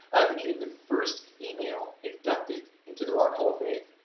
ah became the first female inducted into the rock hall of fame.